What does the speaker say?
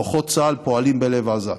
כוחות צה"ל פועלים בלב עזה,